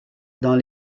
dans